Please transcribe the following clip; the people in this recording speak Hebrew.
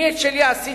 אני את שלי עשיתי,